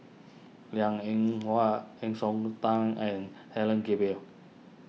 Liang Eng Hwa Heng Siok Tan and Helen Gilbey